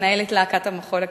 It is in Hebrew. שמנהל את להקת המחול הקיבוצית.